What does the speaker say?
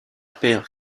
perd